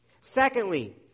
Secondly